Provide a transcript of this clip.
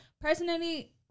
Personally